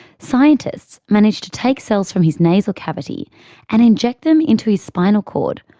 scientists managed to take cells from his nasal cavity and inject them into his spinal cord,